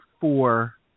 four